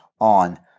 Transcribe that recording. on